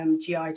GI